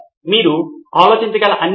సిద్ధార్థ్ మాతురి ఒకటి ప్రాథమిక క్లౌడ్